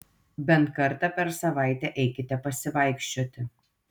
bent kartą per savaitę eikite pasivaikščioti